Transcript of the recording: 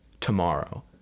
tomorrow